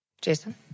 Jason